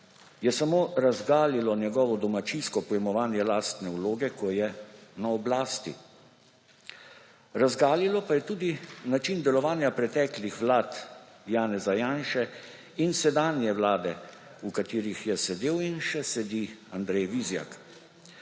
je samo razgalilo njegovo domačijsko pojmovanje lastne vloge, ko je na oblasti. Razgalilo pa je tudi način delovanja preteklih vlad Janeza Janše in sedanje vlade, v katerih je sedel in še sedi Andrej Vizjak.